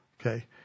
Okay